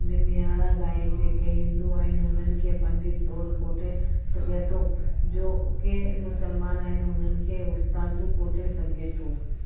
निमियारा गायक जेके हिंदू आहिनि उन्हनि खे पंडित तौरु कोठे सघे थो जो के मुसलमान आहिनि उन्हनि खे उस्तादु कोठे सघे थो